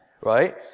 right